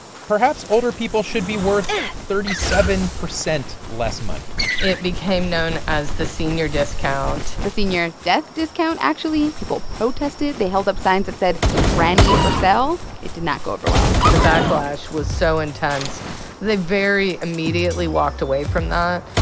perhaps, older people should be worth thirty seven percent less money it became known as the senior discount the senior death discount, actually. people protested. they held up signs that said granny for sale. it did not go over well the backlash was so intense they, very immediately, walked away from that,